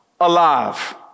alive